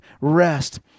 rest